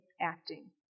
acting